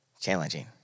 Challenging